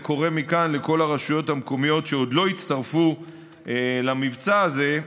אני קורא מכאן לכל הרשויות המקומיות שעוד לא הצטרפו למבצע הזה,